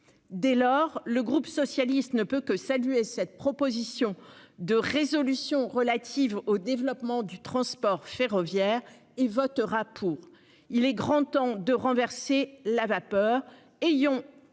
Dès lors, le groupe socialiste ne peut que saluer cette proposition de résolution relative au développement du transport ferroviaire il votera pour. Il est grand temps de renverser la vapeur.